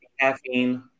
caffeine